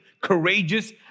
courageous